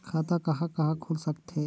खाता कहा कहा खुल सकथे?